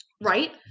right